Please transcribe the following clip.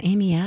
Amy